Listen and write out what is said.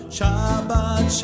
Shabbat